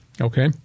Okay